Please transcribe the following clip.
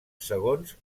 segons